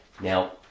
Now